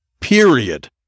period